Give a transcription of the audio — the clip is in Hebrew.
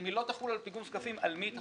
אם היא לא תחול על פיגום זקפים על מי היא תחול?